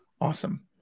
Awesome